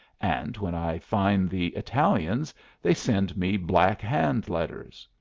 and when i fine the italians they send me black hand letters.